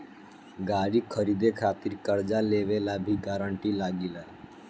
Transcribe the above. गाड़ी खरीदे खातिर कर्जा लेवे ला भी गारंटी लागी का?